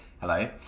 Hello